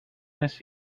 miss